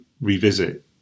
revisit